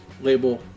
label